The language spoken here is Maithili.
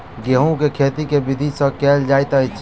गेंहूँ केँ खेती केँ विधि सँ केल जाइत अछि?